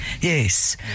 Yes